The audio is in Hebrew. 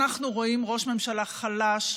אנחנו רואים ראש ממשלה חלש,